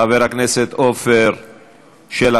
חבר הכנסת עפר שלח,